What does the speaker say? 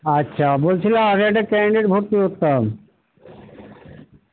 আচ্ছা বলছিলাম আমি একটা ক্যান্ডিডেট ভর্তি করতাম